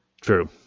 True